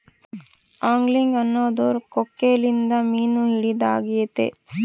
angling ಅನ್ನೊದು ಕೊಕ್ಕೆಲಿಂದ ಮೀನು ಹಿಡಿದಾಗೆತೆ